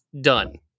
done